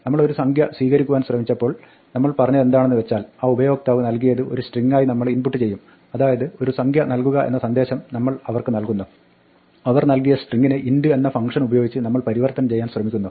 നമ്മൾ ഒരു സംഖ്യ സ്വീകരിക്കുവാൻ ശ്രമിച്ചപ്പോൾ നമ്മൾ പറഞ്ഞതെന്താണെന്ന് വെച്ചാൽ ആ ഉപയോക്താവ് നൽകിയത് ഒരു സ്ട്രിങ്ങായി നമ്മൾ ഇൻപുട്ട് ചെയ്യും അതായത് ഒരു സംഖ്യ നൽകുക എന്ന സന്ദേശം നമ്മൾ അവർക്ക് നൽകുന്നു അവർ നൽകിയ സ്ട്രിങ്ങിനെ int എന്ന ഫംഗ്ഷനുപയോഗിച്ച് നമ്മൾ പരിവർത്തനം ചെയ്യാൻ ശ്രമിക്കുന്നു